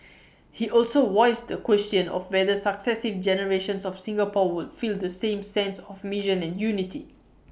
he also voiced the question of whether successive generations of Singapore would feel the same sense of mission and unity